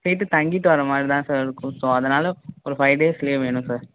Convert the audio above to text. போயிட்டு தங்கிட்டு வரமாதிரி தான் சார் இருக்கும் ஸோ அதனால் ஒரு ஃபை டேஸ் லீவ் வேணும் சார்